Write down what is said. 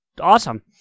awesome